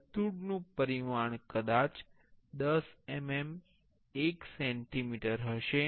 વર્તુળનું પરિમાણ કદાચ 10 mm 1 સેન્ટિમીટર હશે